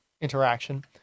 interaction